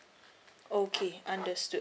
okay understood